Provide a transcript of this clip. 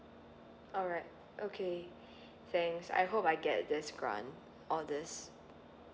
alright okay thanks I hope I get this grant or this